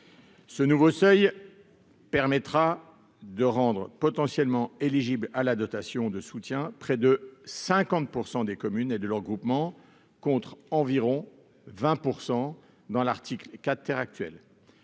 à 20 %. Cela permettra de rendre potentiellement éligibles à la dotation de soutien près de 50 % des communes et de leurs groupements, contre environ 20 % avec l'article 4 actuel.